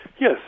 Yes